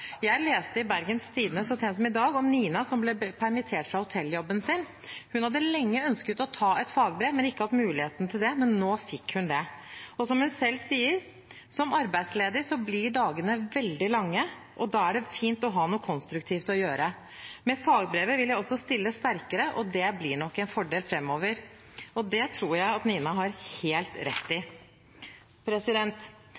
Jeg leste i Bergens Tidende så sent som i dag om Nina, som ble permittert fra hotelljobben sin. Hun hadde lenge ønsket å ta et fagbrev, men ikke hatt muligheten til det, men nå fikk hun det. Som hun selv sier: Som arbeidsledig blir dagene veldig lange, og da er det fint å ha noe konstruktivt å gjøre. Med fagbrevet vil jeg også stille sterkere, og det blir nok en fordel framover. Det tror jeg at Nina har helt rett